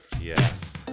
Yes